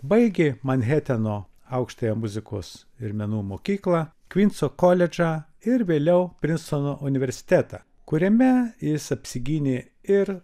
baigė manheteno aukštąją muzikos ir menų mokyklą kvinco koledžą ir vėliau prinstono universitetą kuriame jis apsigynė ir